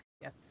yes